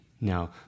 Now